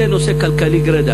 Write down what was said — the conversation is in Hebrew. זה נושא כלכלי גרידא.